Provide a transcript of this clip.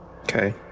Okay